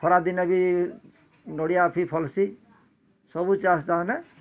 ଖରାଦିନେ ବି ନଡ଼ିଆ ବି ଫ ଫଲ୍ସି ସବୁ ଚାଷ୍ ତାମାନେ